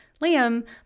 Liam